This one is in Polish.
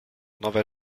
nowe